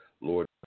Lord